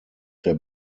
der